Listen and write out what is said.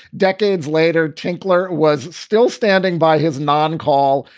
decades later, tinkler was still standing by his non call,